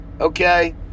Okay